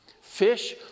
fish